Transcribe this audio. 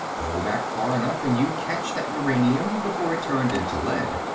go back far enough and you'd catch that uranium before it turned into lead.